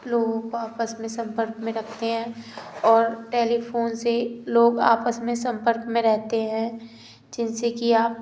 लोगो को आपस में संपर्क में रखते हैं और टेलीफोन से लोग आपस में संपर्क में रहते हैं जिनसे कि आप